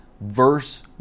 verse